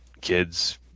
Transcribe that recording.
kids